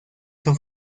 son